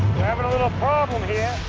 having a little problem here.